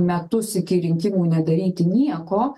metus iki rinkimų nedaryti nieko